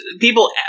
people